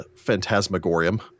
Phantasmagorium